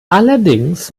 allerdings